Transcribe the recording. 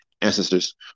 ancestors